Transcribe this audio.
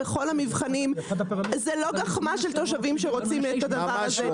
זה לא גחמה של תושבים שרוצים את הדבר הזה.